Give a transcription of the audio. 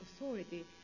authority